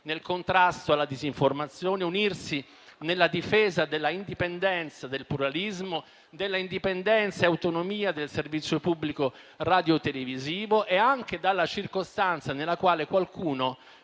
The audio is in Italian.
nel contrasto alla disinformazione, nella difesa dell'indipendenza, del pluralismo e dell'autonomia del servizio pubblico radiotelevisivo, anche rispetto alla circostanza nella quale qualcuno